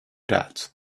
that